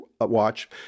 watch